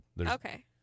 okay